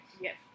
yes